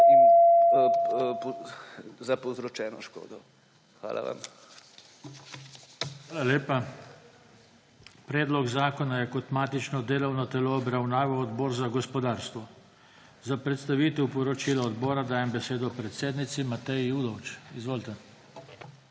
za povzročeno škodo. Hvala vam. PODPREDSEDNIK JOŽE TANKO: Hvala lepa. Predlog zakona je kot matično delovno telo obravnaval Odbor za gospodarstvo. Za predstavitev poročila odbora dajem besedo predsednici Mateji Udovč. Izvolite.